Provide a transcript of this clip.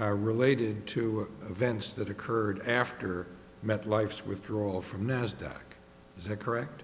are related to events that occurred after met life's withdrawal from nasdaq is the correct